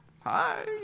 hi